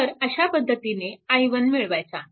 तर अशा पद्धतीने i1 मिळवायचा